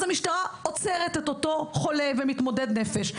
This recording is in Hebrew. המשטרה עוצרת את אותו חולה ומתמודד נפש.